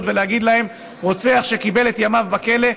ולהגיד להן: רוצח שקיבל את ימיו בכלא,